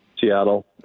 Seattle